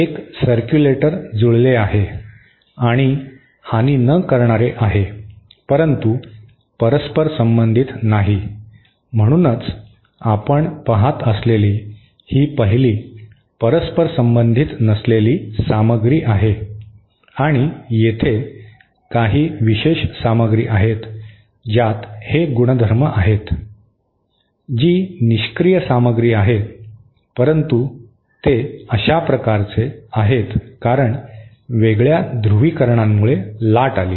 एक सरक्यूलेटर जुळले आहे आणि हानि न करणारे आहे परंतु परस्परसंबंधित नाही म्हणूनच आपण पहात असलेली ही पहिली परस्परसंबंधित नसलेली सामग्री आहे आणि येथे काही विशेष सामग्री आहेत ज्यात हे गुणधर्म आहेत जी निष्क्रीय सामग्री आहेत परंतु ते अशा प्रकारचे आहेत कारण वेगळ्या ध्रुवीकरणांमुळे लाट आली